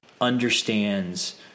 understands